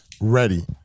Ready